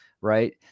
right